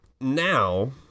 Now